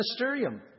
ministerium